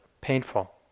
painful